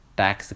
tax